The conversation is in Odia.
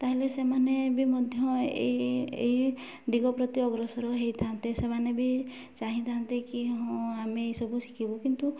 ତା'ହେଲେ ସେମାନେ ବି ମଧ୍ୟ ଏଇ ଏଇ ଏଇ ଦିଗ ପ୍ରତି ଅଗ୍ରସର ହେଇଥାନ୍ତେ ସେମାନେ ବି ଚାହିଁଥାନ୍ତେ କି ହଁ ଆମେ ଏଇସବୁ ଶିଖିବୁ କିନ୍ତୁ